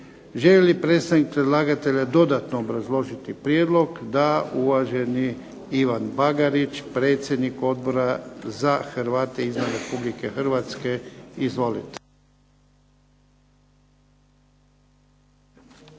Želi li predstavnik predlagatelja dodatno obrazložiti prijedlog? DA. Uvaženi Ivan Bagarić, predsjednik Odbora za Hrvate izvan Republike Hrvatske. Izvolite.